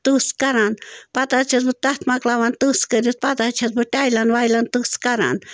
تٕژھ کَران پتہٕ حظ چھَس بہٕ تَتھ مۄکلاوان تٕژھ کٔرِتھ پتہٕ حظ چھَس بہٕ ٹایلَن وایلَن تٕژھ کَران